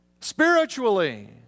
spiritually